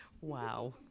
Wow